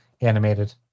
animated